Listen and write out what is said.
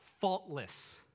faultless